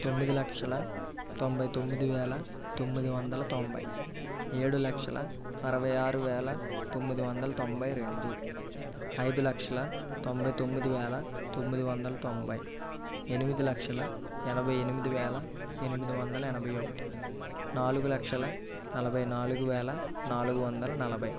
తొమ్మిది లక్షల తొంభై తొమ్మిది వేల తొమ్మిది వందల తొంభై ఏడు లక్షల అరవై ఆరు వేల తొమ్మిది వందల తొంభై రెండు ఐదు లక్షల తొంభై తొమ్మిది వేల తొమ్మిది వందల తొంభై ఎనిమిది లక్షల ఎనభై ఎనిమిది వేల ఎనిమిది వందల ఎనభై ఒకటి నాలుగు లక్షల నలభై నాలుగు వేల నాలుగు వందల నలభై